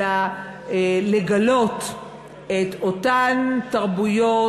לגלות את אותן תרבויות,